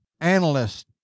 analyst